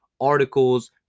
articles